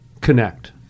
connect